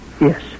Yes